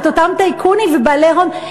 את אותם טייקונים ובעלי הון,